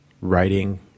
writing